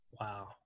Wow